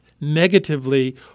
negatively